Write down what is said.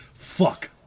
Fuck